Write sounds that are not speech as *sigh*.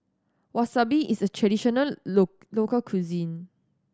wasabi is a traditional *unintelligible* local cuisine